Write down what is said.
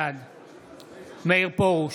בעד מאיר פרוש,